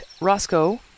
Roscoe